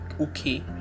okay